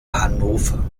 hannover